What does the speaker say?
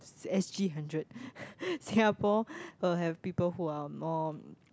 s~ S_G-hundred Singapore will have people who are more